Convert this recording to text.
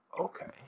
okay